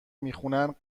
میخونن